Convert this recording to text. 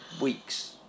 weeks